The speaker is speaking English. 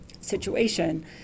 situation